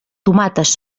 tomates